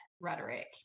rhetoric